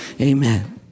Amen